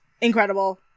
incredible